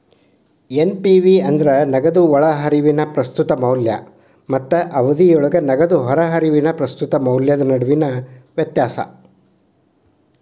NPV ಅಂದ್ರ ನಗದು ಒಳಹರಿವಿನ ಪ್ರಸ್ತುತ ಮೌಲ್ಯ ಮತ್ತ ಅವಧಿಯೊಳಗ ನಗದು ಹೊರಹರಿವಿನ ಪ್ರಸ್ತುತ ಮೌಲ್ಯದ ನಡುವಿನ ವ್ಯತ್ಯಾಸ